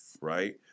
right